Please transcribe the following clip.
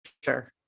sure